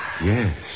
Yes